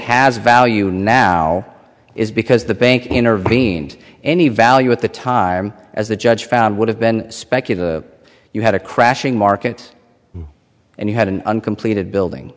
has value now is because the bank intervened any value at the time as the judge found would have been speculating you had a crashing markets and you had an uncompleted building